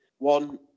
One